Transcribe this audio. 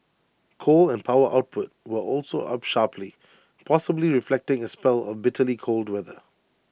coal and power output were also up sharply possibly reflecting A spell of bitterly cold weather